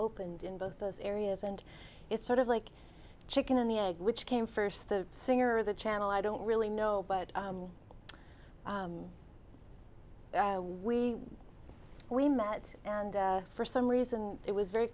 opened in both those areas and it's sort of like chicken and the egg which came first the singer or the channel i don't really know but i we we met and for some reason it was very